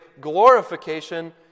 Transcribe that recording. glorification